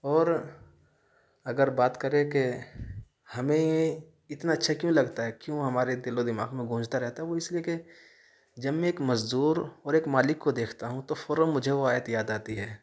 اور اگر بات کریں کہ ہمیں اتنا اچھا کیوں لگتا ہے کیوں ہمارے دل و دماغ میں گونجتا رہتا ہے وہ اس لیے کہ جب میں ایک مزدور اور ایک مالک کو دیکھتا ہوں تو فوراً مجھے وہ آیت یاد آتی ہے